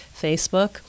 Facebook